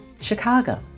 Chicago